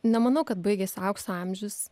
nemanau kad baigėsi aukso amžius